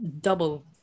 double